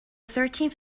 thirteenth